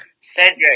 Cedric